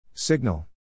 Signal